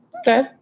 Okay